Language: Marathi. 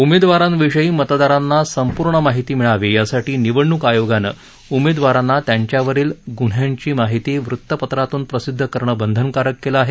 उमेदवारांविषयी मतदारांना संपूर्ण माहिती मिळावी यासाठी निवडणूक आयोगानं उमेदवारांना त्यांच्यावरील ग्न्ह्यांची माहिती वृतपत्रातून प्रसिद्ध करणं बंधनकारक केलं आहे